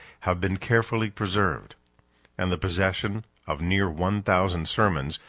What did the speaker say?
have been carefully preserved and the possession of near one thousand sermons,